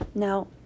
Now